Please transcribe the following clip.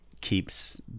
keeps